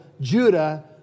Judah